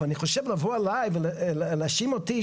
אבל אני חושב שלבוא אלי ולהאשים אותי,